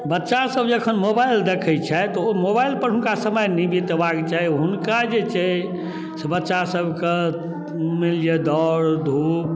बच्चासब जे एखन मोबाइल देखै छथि तऽ ओ मोबाइलपर हुनका समय नहि बितेबाके चाही हुनका जे छै से बच्चासबके मानि लिअऽ दौड़धूप